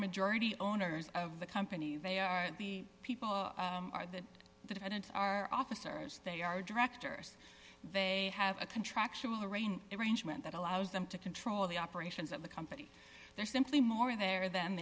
majority owners of the company they are the people are that the defendants are officers they are directors they have a contractual arrangement arrangement that allows them to control the operations of the company they're simply more there than